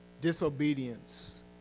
disobedience